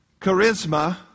Charisma